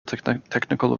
technical